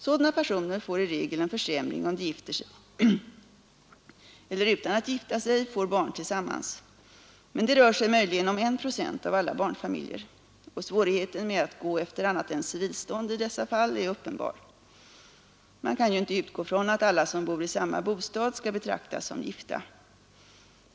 Sådana personer får i regel en försämring om de gifter sig eller utan att gifta sig får barn tillsammans. Men det rör sig möjligen om 1 procent av alla barnfamiljer. Och svårigheten med att gå efter annat än civilstånd i dessa fall är uppenbar. Man kan ju inte utgå från att alla som bor i samma bostad skall betraktas som gifta.